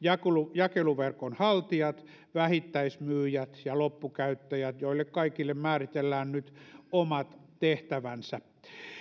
jakeluverkonhaltijat vähittäismyyjät ja loppukäyttäjät joille kaikille määritellään nyt omat tehtävänsä